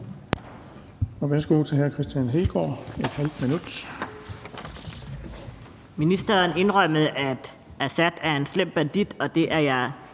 Værsgo til hr. Kristian Hegaard,